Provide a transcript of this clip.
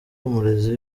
umurezi